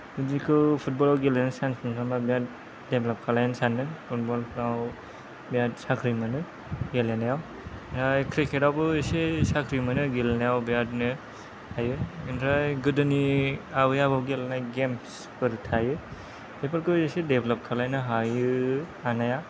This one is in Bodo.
बिदिखौ फुटबलाव गेलेनो सानखांबा बिराद डेभेलप खालायनो सानगोन फुटबलफ्राव बेराद साख्रि मोनो गेलेनायाव क्रिकेटावबो एसे साख्रि मोनो गेलेनायाव बिरादनो हायो ओमफ्राय गोदोनि आबै आबौ गेलेनाय गेम्सफोर थायो बेफोरखौ एसे डेभेलप खालायनो हायो हानाया